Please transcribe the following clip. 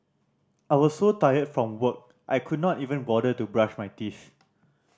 I was so tired from work I could not even bother to brush my teeth